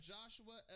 Joshua